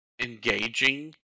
engaging